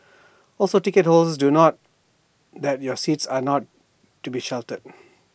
also ticket holders do note that your seats are not to be sheltered